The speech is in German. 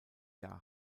jahr